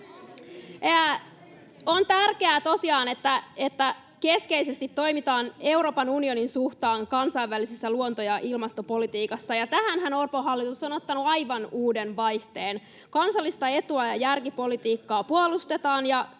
On tärkeää tosiaan, että keskeisesti toimitaan Euroopan unionin suhteen kansainvälisessä luonto- ja ilmastopolitiikassa, ja tähänhän Orpon hallitus on ottanut aivan uuden vaihteen: kansallista etua ja järkipolitiikkaa puolustetaan